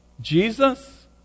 Jesus